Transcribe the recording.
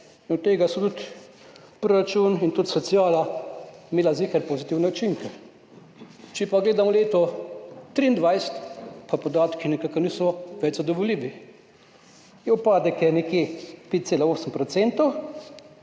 in od tega sta tudi proračun in sociala imela zagotovo pozitivne učinke. Če pa gledamo leto 2023, pa podatki nikakor niso več zadovoljivi. Upadek je nekje 5,8